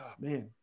man